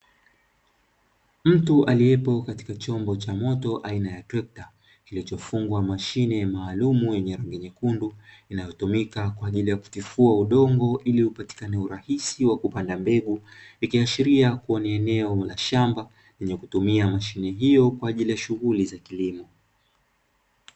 Mtu aliyepo katika chombo cha moto aina ya trekta, kilichofungwa mashine maalumu yenye rangi nyekundu, inayotumika kwa ajili ya kutifua udongo ili upatikane urahisi wa kupanda mbegu. Ikiashiria kuwa ni eneo la shamba lenye kutumia mashine hiyo kwa ajili ya shughuli za kilimo.